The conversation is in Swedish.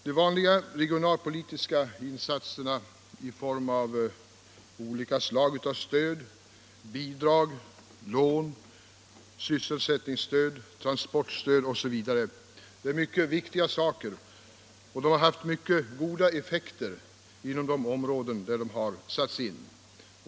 De vanliga regionalpolitiska insatserna såsom bidrag, lån, sysselsättningsstöd, transportstöd osv. är mycket viktiga saker och har haft mycket goda effekter i de områden där de satts in.